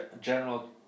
General